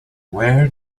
where